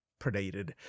predated